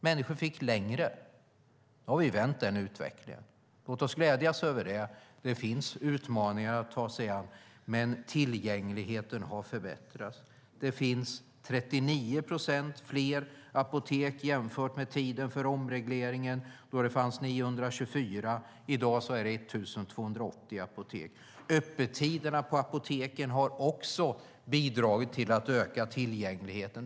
Människor fick längre till apoteket. Vi har vänt den utvecklingen. Låt oss glädjas över det. Det finns utmaningar att ta sig an, men tillgängligheten har förbättrats. Det finns 39 procent fler apotek jämfört med tiden för omregleringen, då det fanns 924. I dag finns 1 280 apotek. Också öppettiderna på apoteken har bidragit till att öka tillgängligheten.